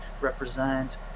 represent